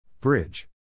Bridge